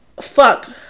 fuck